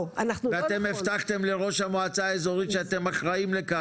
ואתם הבטחתם לראש המועצה האזורית שאתם אחראיים לכך.